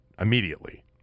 immediately